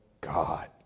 God